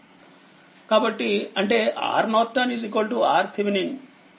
కాబట్టిఅంటే RNorton RThevenin